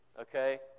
okay